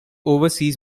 overseas